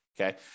Okay